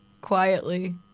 quietly